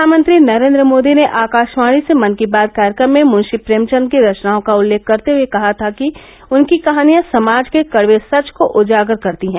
प्रधानमंत्री नरेन्द्र मोदी ने आकाशवाणी से मन की बात कार्यक्रम में मुंशी प्रेमचन्द की रचनाओं का उल्लेख करते हुए कहा था कि उनकी कहानियां समाज के कड़वे सच को उजागर करती है